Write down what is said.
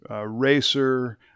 racer